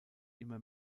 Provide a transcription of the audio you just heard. immer